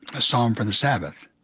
a psalm for the sabbath.